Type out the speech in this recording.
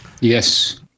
Yes